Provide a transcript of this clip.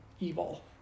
evil